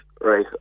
right